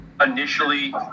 initially